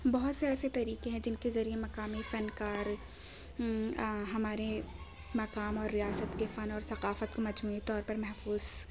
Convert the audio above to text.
بہت سے ایسے طریقے ہیں جن کے ذریعے مقامی فنکار ہمارے مقام اور ریاست کے فَن اور ثقافت کو مجموعی طور پر محفوظ